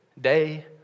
day